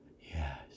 Yes